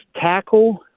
tackle